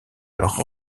leurs